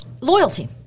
loyalty